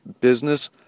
business